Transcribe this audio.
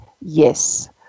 yes